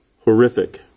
horrific